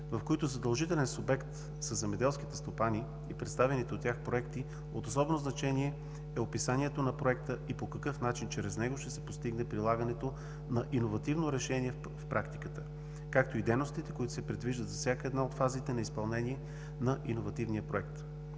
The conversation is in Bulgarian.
в които задължителен субект са земеделските стопани и представените от тях проекти, от особено значение е описанието на проекта и по какъв начин чрез него ще се постигне прилагането на иновативно решение в практиката, както и дейностите, които се предвиждат за всяка една от фазите на изпълнение на иновативния проект.